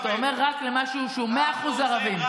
אתה אומר, רק למשהו שהוא 100% ערבים.